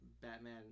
Batman